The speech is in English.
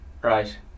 Right